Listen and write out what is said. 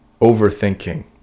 Overthinking